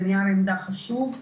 זה נייר עמדה חשוב,